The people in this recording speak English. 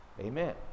amen